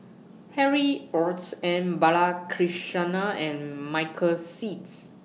Harry Ords M Balakrishnan and Michael Seets